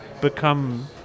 become